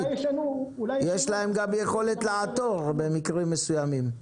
יש להם גם יכולת לעתור במקרים מסוימים.